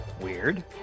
Weird